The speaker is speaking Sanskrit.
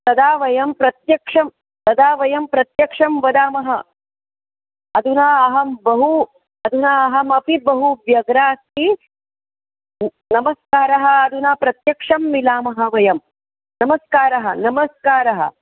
तदा वयं प्रत्यक्षं तदा वयं प्रत्यक्षं वदामः अधुना अहं बहु अधुना अहमपि बहु व्यग्रा अस्मि उत नमस्कारः अधुना प्रत्यक्षं मिलामः वयं नमस्कारः नमस्कारः